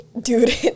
Dude